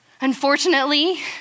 Unfortunately